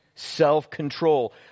Self-control